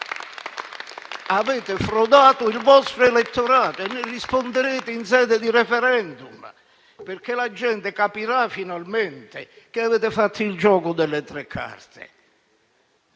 Avete frodato il vostro elettorato e ne risponderete in sede di *referendum*, perché la gente capirà finalmente che avete fatto il gioco delle tre carte.